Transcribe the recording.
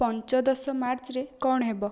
ପଞ୍ଚଦଶ ମାର୍ଚ୍ଚରେ କ'ଣ ହେବ